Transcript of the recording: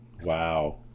wow